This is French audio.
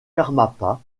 karmapa